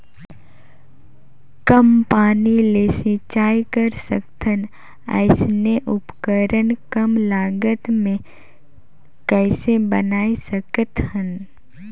कम पानी ले सिंचाई कर सकथन अइसने उपकरण कम लागत मे कइसे बनाय सकत हन?